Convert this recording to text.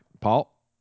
Paul